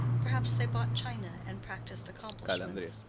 perhaps they bought china, and practiced accomplishments.